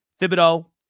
Thibodeau